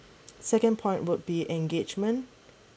second part would be engagement